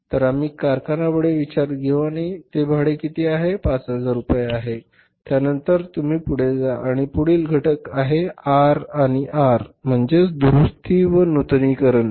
तर आम्ही येथे कारखाना भाडे विचारात घेऊ आणि ते भाडे किती 5000 रुपये आहे त्यानंतर तुम्ही पुढे जा आणि पुढील घटक आहे आर आणि आर म्हणजेच दुरुस्ती व नूतनीकरण आहे